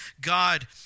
God